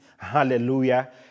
Hallelujah